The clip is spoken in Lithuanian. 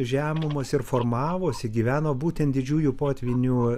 žemumos ir formavosi gyveno būtent didžiųjų potvynių